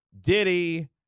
Diddy